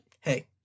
hey